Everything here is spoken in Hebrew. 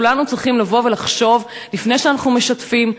כולנו צריכים לחשוב לפני שאנחנו משתפים,